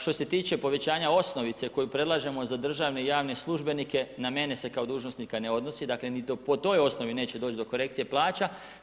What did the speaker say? Što se tiče povećanja osnovice koju predlažemo za državne i javne službenike, na mene se kao dužnosnika ne odnosi, dakle, ni po toj osnovi neće doći do korekcije plaće.